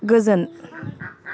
गोजोन